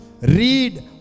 Read